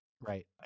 Right